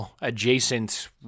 adjacent